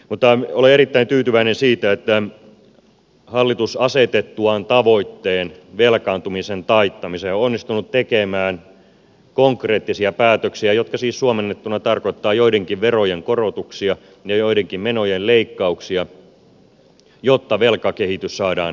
mutta olen erittäin tyytyväinen siitä että hallitus asetettuaan tavoitteen velkaantumisen taittamiseen on onnistunut tekemään konkreettisia päätöksiä jotka siis suomennettuna tarkoittavat joidenkin verojen korotuksia ja joidenkin menojen leikkauksia jotta velkakehitys saadaan taitettua